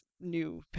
new